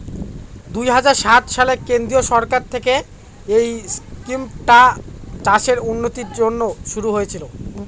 দুই হাজার সাত সালে কেন্দ্রীয় সরকার থেকে এই স্কিমটা চাষের উন্নতির জন্যে শুরু হয়েছিল